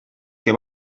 que